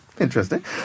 interesting